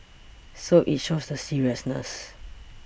so it shows the seriousness